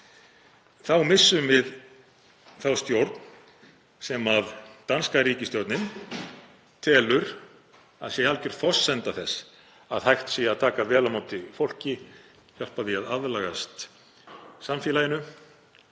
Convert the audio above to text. Þá missum við þá stjórn sem danska ríkisstjórnin telur að sé alger forsenda þess að hægt sé að taka vel á móti fólki, hjálpa því að aðlagast samfélaginu